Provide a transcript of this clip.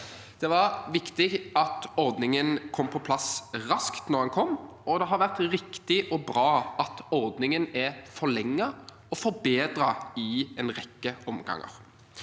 Det var viktig at ordningen kom på plass raskt da den kom, og det er riktig og bra at ordningen har blitt forlenget og forbedret i en rekke omganger.